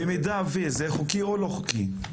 במידה ו, זה חוקי או לא חוקי?